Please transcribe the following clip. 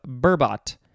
burbot